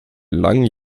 langen